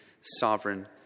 sovereign